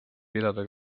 pidada